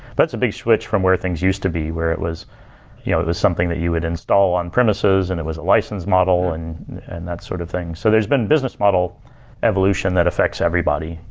that's a big switch from where things used to be, where it you know it was something that you would install on premises and it was a license model and and that sort of thing so there has been business model evolution that affects everybody.